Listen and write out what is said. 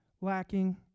lacking